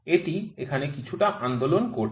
এটি এখানে কিছুটা আন্দোলন করছে